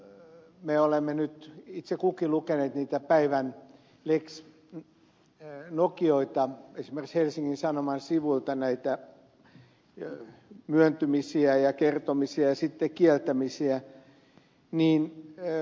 kun me olemme nyt itse kukin lukeneet niitä päivän lex nokioita esimerkiksi helsingin sanomien sivuilta näitä myöntämisiä ja kertomisia ja sitten kieltämisiä niin ed